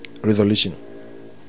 resolution